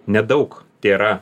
nedaug tėra